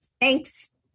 Thanks